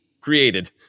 created